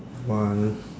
one